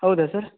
ಹೌದಾ ಸರ್